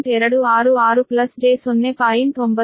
266 j 0